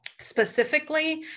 specifically